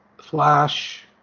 Flash